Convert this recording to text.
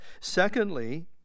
Secondly